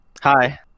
hi